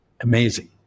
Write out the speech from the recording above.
amazing